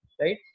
right